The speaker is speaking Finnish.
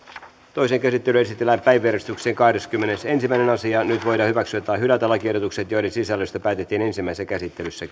toiseen käsittelyyn esitellään päiväjärjestyksen kahdeskymmenesensimmäinen asia nyt voidaan hyväksyä tai hylätä lakiehdotukset joiden sisällöstä päätettiin ensimmäisessä käsittelyssä